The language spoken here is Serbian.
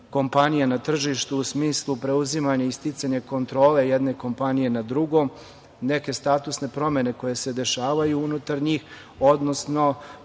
kompanija na tržištu u smislu preuzimanja i sticanja kontrole jedne kompanije nad drugom, neke statusne promene koje se dešavaju unutar njih, odnosno